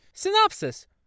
Synopsis